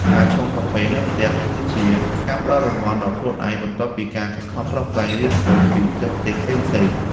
ការឆុងកាហ្វេនៅផ្ទះ គឺជាការផ្ដល់រង្វាន់ដល់ខ្លួនឯង បន្ទាប់ពីការខិតខំប្រឹងប្រែងរៀនសូត្រពីបច្ចេកទេសផ្សេងៗ។